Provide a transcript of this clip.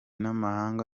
n’amahanga